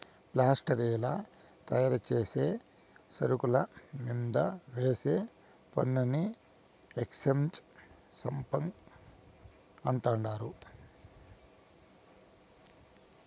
ఫ్యాక్టరీల్ల తయారుచేసే సరుకుల మీంద వేసే పన్నుని ఎక్చేంజ్ సుంకం అంటండారు